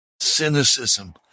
Cynicism